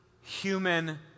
human